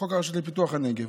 חוק הרשות לפיתוח הנגב,